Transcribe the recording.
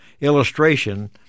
illustration